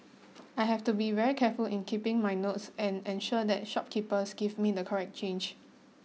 I have to be very careful in keeping my notes and ensure that shopkeepers give me the correct change